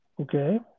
Okay